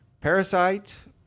parasites